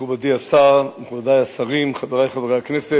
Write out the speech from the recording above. מכובדי השרים, חברי השרים, חברי חברי הכנסת,